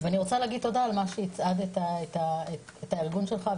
ואני רוצה להגיד תודה על מה שהצעדת את הארגון שלך,